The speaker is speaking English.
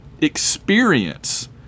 experience